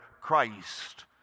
Christ